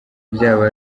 byaba